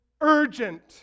urgent